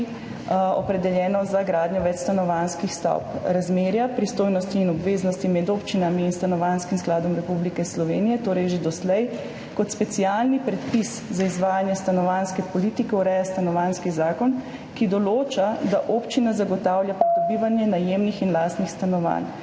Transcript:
opredeljeno za gradnjo večstanovanjskih stavb. Razmerja, pristojnosti in obveznosti med občinami in Stanovanjskim skladom Republike Slovenije torej že doslej kot specialni predpis za izvajanje stanovanjske politike ureja Stanovanjski zakon, ki določa, da občina zagotavlja pridobivanje najemnih in lastnih stanovanj.